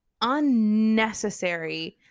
unnecessary